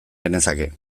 genezake